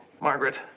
Margaret